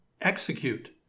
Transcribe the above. execute